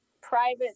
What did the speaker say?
private